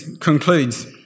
concludes